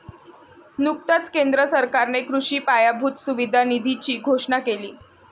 नुकताच केंद्र सरकारने कृषी पायाभूत सुविधा निधीची घोषणा केली